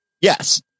yes